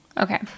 okay